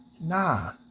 Nah